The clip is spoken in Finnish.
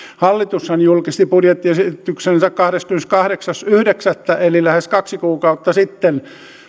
hallitushan julkisti budjettiesityksensä kahdeskymmeneskahdeksas yhdeksättä eli lähes kaksi kuukautta sitten